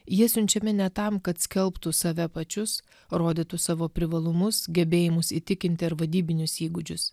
jie siunčiami ne tam kad skelbtų save pačius rodytų savo privalumus gebėjimus įtikinti ar vadybinius įgūdžius